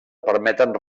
permeten